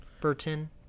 Burton